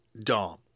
Dom